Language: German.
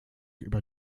über